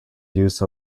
use